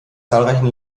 zahlreichen